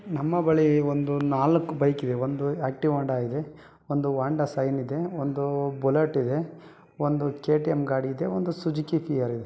ನಮ್ಮ ಬಳಿ ಒಂದು ನಾಲ್ಕು ಬೈಕ್ ಇದೆ ಒಂದು ಆ್ಯಕ್ಟಿವಾ ವಾಂಡಾ ಇದೆ ಒಂದು ಹೋಂಡಾ ಸೈನ್ ಇದೆ ಒಂದು ಬುಲಟ್ ಇದೆ ಒಂದು ಕೆ ಟಿ ಎಮ್ ಗಾಡಿ ಇದೆ ಒಂದು ಸುಜುಕಿ ಫಿಯರ್ ಇದೆ